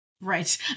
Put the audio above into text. Right